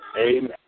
amen